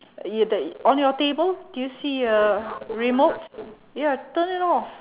ya the on your table do you see a remote ya turn it off